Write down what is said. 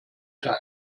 time